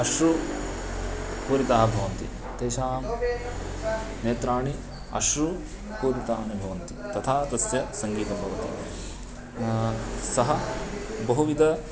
अश्रु पूरिताः भवन्ति तेषां नेत्राणि अश्रु पूरितानि भवन्ति तथा तस्य सङ्गीतं भवति सः बहुविधः